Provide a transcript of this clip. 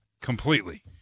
completely